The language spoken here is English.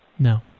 No